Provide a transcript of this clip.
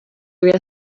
were